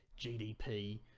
GDP